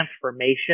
transformation